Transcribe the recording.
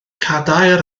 cadair